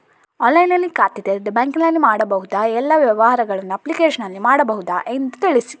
ಆನ್ಲೈನ್ನಲ್ಲಿ ಖಾತೆ ತೆರೆದರೆ ಬ್ಯಾಂಕಿನಲ್ಲಿ ಮಾಡಬಹುದಾ ಎಲ್ಲ ವ್ಯವಹಾರಗಳನ್ನು ಅಪ್ಲಿಕೇಶನ್ನಲ್ಲಿ ಮಾಡಬಹುದಾ ಎಂದು ತಿಳಿಸಿ?